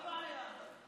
מה הבעיה?